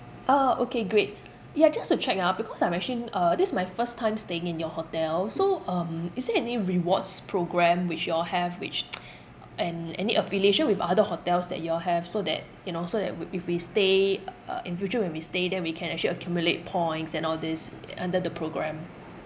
orh okay great ya just to check ah because I'm actually uh this is my first time staying in your hotel so um is there any rewards programme which you all have which and any affiliation with other hotels that you all have so that you know so that we if we stay uh in future when we stay then we can actually accumulate points and all these under the programme